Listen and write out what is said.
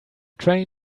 train